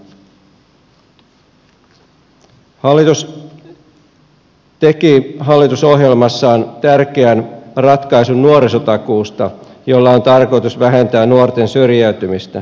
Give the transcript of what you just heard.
hallitus teki hallitusohjelmassaan tärkeän ratkaisun nuorisotakuusta jolla on tarkoitus vähentää nuorten syrjäytymistä